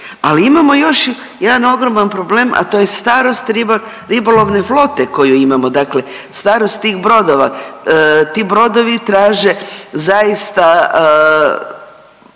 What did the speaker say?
Ali imamo još jedan ogroman problem, a to je starost ribolovne flote koju imamo, dakle starost tih brodova. Ti brodovi traže zaista